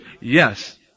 Yes